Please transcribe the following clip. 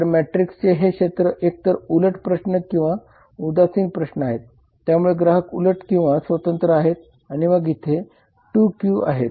तर मॅट्रिक्सचे हे क्षेत्र एकतर उलट प्रश्न किंवा उदासीन प्रश्न आहेत त्यामुळे ग्राहक उलट आणि स्वतंत्र आहे आणि मग इथे 2 Q आहेत